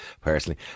personally